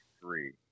three